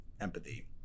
empathy